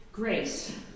grace